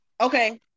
okay